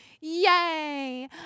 Yay